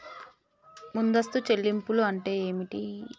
ముందస్తు చెల్లింపులు అంటే ఏమిటి?